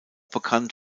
bekannt